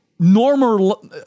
normal